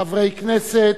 חברי כנסת,